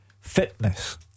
fitness